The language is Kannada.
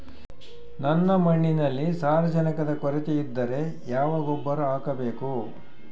ನನ್ನ ಮಣ್ಣಿನಲ್ಲಿ ಸಾರಜನಕದ ಕೊರತೆ ಇದ್ದರೆ ಯಾವ ಗೊಬ್ಬರ ಹಾಕಬೇಕು?